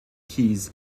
keys